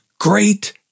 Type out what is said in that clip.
great